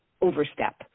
overstep